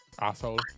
Asshole